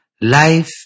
Life